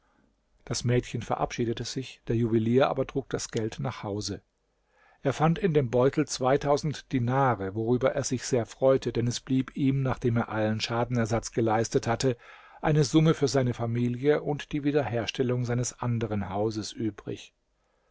das mädchen verabschiedete sich der juwelier aber trug das geld nach hause er fand in dem beutel dinare worüber er sich sehr freute denn es blieb ihm nachdem er allen schadenersatz geleistet hatte eine summe für seine familie und die wiederherstellung seines anderen hauses übrig